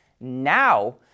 Now